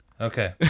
okay